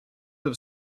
have